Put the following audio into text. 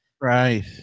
Right